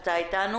אני מנכ"ל